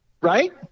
Right